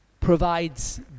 provides